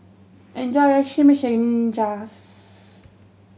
enjoy your Chimichangas